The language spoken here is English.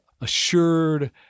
assured